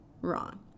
wrong